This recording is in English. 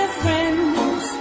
friends